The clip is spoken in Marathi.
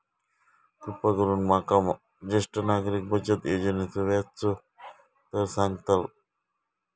कृपा करून माका ज्येष्ठ नागरिक बचत योजनेचो व्याजचो दर सांगताल